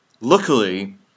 Luckily